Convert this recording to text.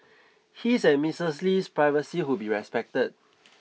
his and Missus Lee's privacy would be respected